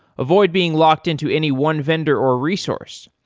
avoid being locked into any one vendor or resource.